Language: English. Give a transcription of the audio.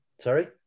Sorry